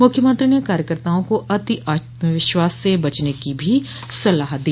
मख्यमंत्री ने कार्यकर्ताओं को अति आत्मविश्वास से बचने की भी सलाह दी